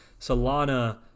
solana